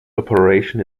operation